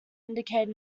indicated